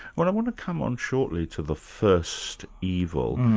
well i want to come on shortly to the first evil,